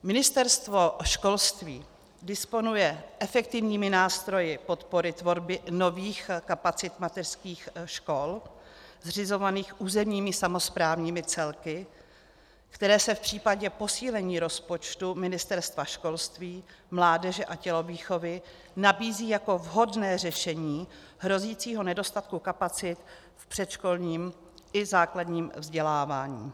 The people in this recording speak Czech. Ministerstvo školství disponuje efektivními nástroji podpory tvorby nových kapacit mateřských škol zřizovaných územními samosprávními celky, které se v případě posílení rozpočtu Ministerstva školství, mládeže a tělovýchovy nabízí jako vhodné řešení hrozícího nedostatku kapacit v předškolním i základním vzdělávání.